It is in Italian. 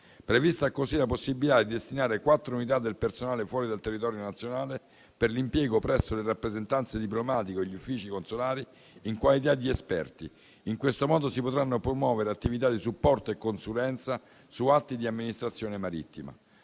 prevista così la possibilità di destinare quattro unità del personale fuori dal territorio nazionale per l'impiego presso le rappresentanze diplomatiche o gli uffici consolari in qualità di esperti. In questo modo si potranno promuovere attività di supporto e consulenza su atti di amministrazione marittima.